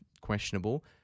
questionable